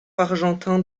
argentin